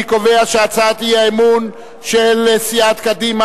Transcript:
אני קובע שהצעת האי-אמון של סיעת קדימה,